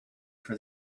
for